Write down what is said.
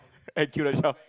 and kill the shelf